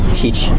teach